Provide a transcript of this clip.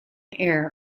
air